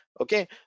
okay